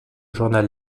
journal